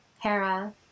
Hera